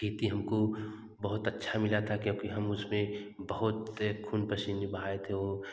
खेती हमको बहुत अच्छा मिला था क्योंकि हम उसमें बहुत ख़ून पसीने बहाए थे ओ